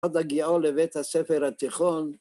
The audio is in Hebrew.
‫עד הגיעו לבית הספר התיכון.